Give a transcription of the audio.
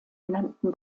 genannten